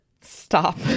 stop